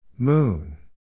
Moon